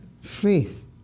faith